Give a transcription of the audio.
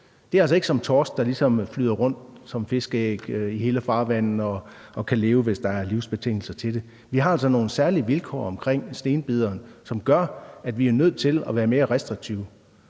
Det er altså ikke som torsk, der ligesom flyder rundt som fiskeæg i hele farvandet og kan leve, hvis der livsbetingelser til det. Der er altså nogle særlige vilkår omkring stenbideren, som gør, at vi er nødt til at være mere restriktive.